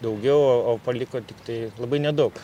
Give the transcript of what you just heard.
daugiau o paliko tiktai labai nedaug